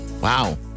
Wow